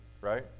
Right